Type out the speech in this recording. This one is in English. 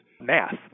math